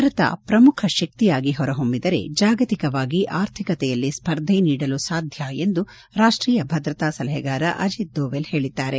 ಭಾರತ ಪ್ರಮುಖ ಶಕ್ತಿಯಾಗಿ ಹೊರ ಹೊಮ್ಮಿದರೆ ಜಾಗತಿಕವಾಗಿ ಆರ್ಥಿಕತೆಯಲ್ಲಿ ಸ್ವರ್ಧೆ ನೀಡಲು ಸಾಧ್ಯ ಎಂದು ರಾಷ್ಟೀಯ ಭದ್ರತಾ ಸಲಹೆಗಾರ ಅಜೀತ್ ದೋವೆಲ್ ಹೇಳಿದ್ದಾರೆ